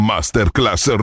Masterclass